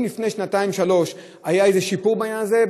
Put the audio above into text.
אם לפני שנתיים-שלוש היה איזה שיפור בעניין הזה,